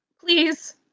Please